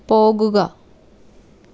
പോകുക